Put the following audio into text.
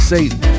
Satan